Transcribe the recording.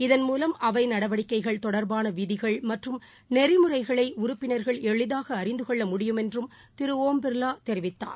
இதன் மூவம் அவைநடவடிக்கைகள் தொடர்பானவிதிகள் மற்றும் நெறிமுறைகளைஉறுப்பினர்கள் எளிதாகஅறிந்துகொள்ள முடியும் என்றும் திருஷம் பிர்லாதெரிவித்தார்